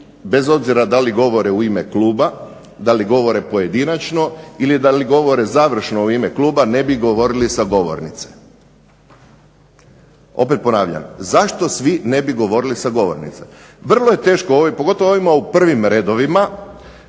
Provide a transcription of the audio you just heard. bez obzira da li govore u ime kluba, da li govore pojedinačno ili da li govore završno u ime kluba, ne bi govorili sa govornice, opet ponavljam, zašto svi ne bi govorili sa govornice? Vrlo je teško, pogotovo ovima u prvim redovima